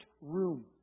room